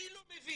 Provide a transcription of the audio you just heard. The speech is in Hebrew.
מי לא מביאים?